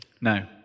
no